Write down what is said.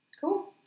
Cool